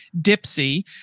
Dipsy